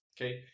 okay